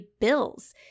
bills